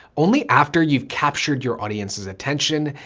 only after you've captured your audience's attention,